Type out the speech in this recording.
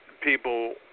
people